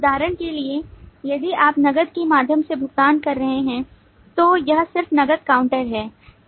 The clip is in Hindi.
उदाहरण के लिए यदि आप नकद के माध्यम से भुगतान कर रहे हैं तो यह सिर्फ नकद काउंटर है